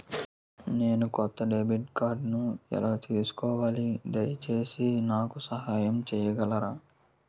నేను కొత్త డెబిట్ కార్డ్ని ఎలా తీసుకోవాలి, దయచేసి నాకు సహాయం చేయగలరా?